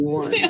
one